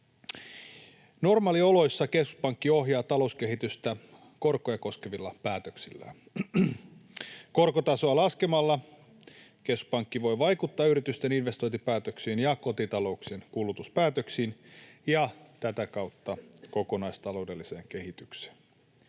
Normaalioloissa keskuspankki ohjaa talouskehitystä korkoja koskevilla päätöksillään. Korkotasoa laskemalla keskuspankki voi vaikuttaa yritysten investointipäätöksiin ja kotitalouksien kulutuspäätöksiin ja tätä kautta kokonaistaloudelliseen kehitykseen.